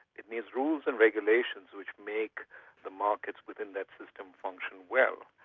it needs rules and regulations which make the markets within that system function well.